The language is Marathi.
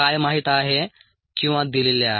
काय माहित आहे किंवा दिलेले आहे